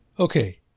Okay